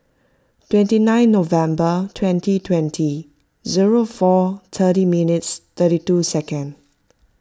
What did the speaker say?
twenty nine November twenty twenty zero four thirty minutes thirty two seconds